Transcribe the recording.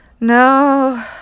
no